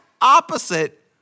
opposite